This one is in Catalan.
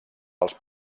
pels